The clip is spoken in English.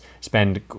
spend